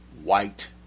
white